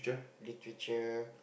literature